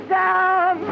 down